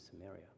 Samaria